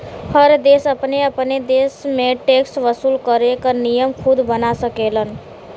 हर देश अपने अपने देश में टैक्स वसूल करे क नियम खुद बना सकेलन